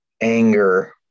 anger